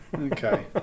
okay